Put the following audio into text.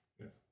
Yes